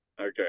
Okay